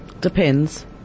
depends